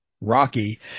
Rocky